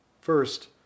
First